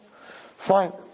Fine